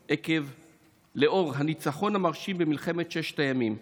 לאור הניצחון המרשים במלחמת ששת הימים.